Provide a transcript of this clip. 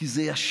כי זה ישן.